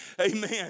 Amen